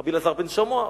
רבי אלעזר בן שמוע,